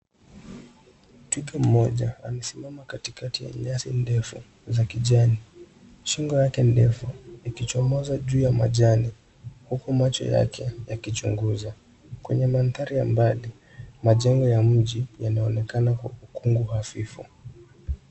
Twiga mmoja amesimama katikati ya ndefu za kijani. Shingo yake ndefu ikichomoza juu ya majani, huku macho yake yakichinguza. Kwenye mandhari ya mbali, majengo ya mji yanaonekana kwa ukungu hafifu.